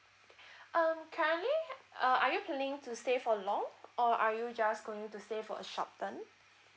um currently uh are you planning to stay for long or are you just going to stay for a short term